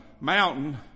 mountain